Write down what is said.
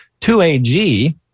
2AG